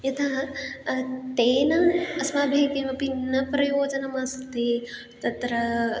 यथा तेन अस्माभिः किमपि न प्रयोजनम् अस्ति तत्र